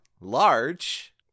large